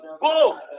go